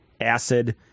acid